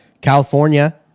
California